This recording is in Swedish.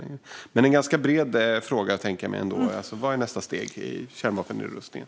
Det är en ganska bred fråga. Vad är nästa steg i kärnvapennedrustningen?